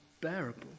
bearable